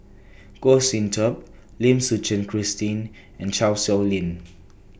Goh Sin Tub Lim Suchen Christine and Chan Sow Lin